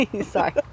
Sorry